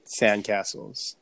sandcastles